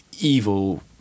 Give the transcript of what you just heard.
evil